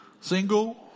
single